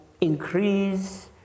increase